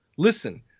Listen